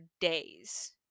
days